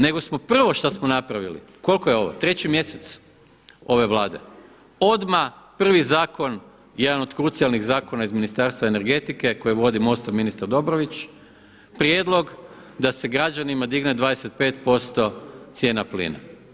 Nego smo prvo što smo napravili koliko je ovo, treći mjesec ove Vlade odmah prvi zakon, jedan od krucijalnih zakona iz Ministarstva energetike koji vodi MOST-ov ministar Dobrović, prijedlog da se građanima digne 25% cijena plina.